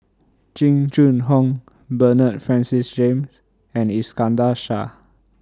Jing Jun Hong Bernard Francis James and Iskandar Shah